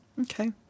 Okay